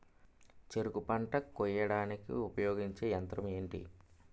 చెరుకు పంట కోయడానికి ఉపయోగించే యంత్రం ఎంటి?